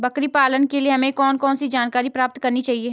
बकरी पालन के लिए हमें कौन कौन सी जानकारियां प्राप्त करनी चाहिए?